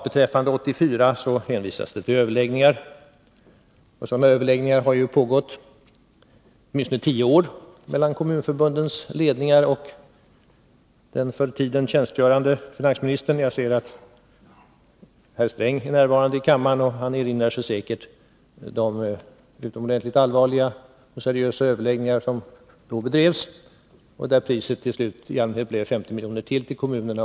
Beträffande 1984 hänvisas till överläggningar. Sådana överläggningar har pågått i åtminstone tio år mellan kommunförbundens ledningar och den tjänstgörande finansministern. Jag ser att herr Sträng är närvarande i kammaren, och han erinrar sig säkert de utomordentligt allvarliga och seriösa överläggningar som har bedrivits och där priset till slut i allmänhet blev 50 miljoner ytterligare till kommunerna.